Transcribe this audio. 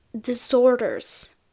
disorders